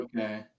Okay